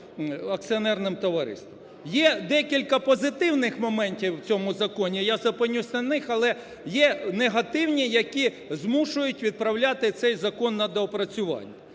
Є декілька позитивних моментів у цьому законі, я зупинюсь на них, але є негативні, які змушують відправляти цей закон на доопрацювання.